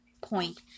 point